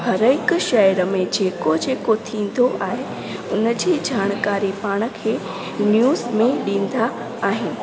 हर हिकु शहर में जेको जेको थींदो आहे उन जी जानकारी पाण खे न्यूज़ में ॾींदा आहिनि